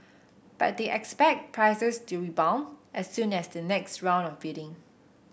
but they expect prices to rebound as soon as the next round of bidding